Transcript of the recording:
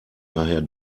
daher